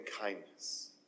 kindness